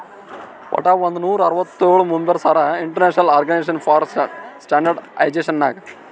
ವಟ್ ಒಂದ್ ನೂರಾ ಅರ್ವತ್ತೋಳ್ ಮೆಂಬರ್ಸ್ ಹರಾ international organisation for standardisation Nag